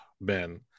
Ben